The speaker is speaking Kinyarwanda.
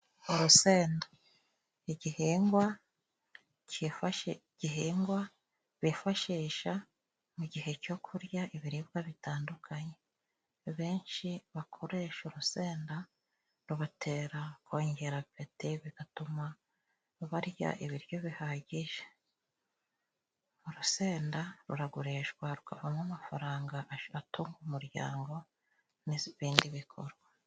Urusenda igihingwa kifashe gihingwa bifashisha mu gihe cyo kurya ibiribwa bitandukanye, benshi bakoresha urusenda rubatera kongera apeti bigatuma barya ibiryo bihagije ,urusenda ruragurishwa rukavamo amafaranga atunga umuryango neza ibindi bikorwa.